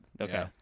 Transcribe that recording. Okay